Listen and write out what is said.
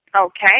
Okay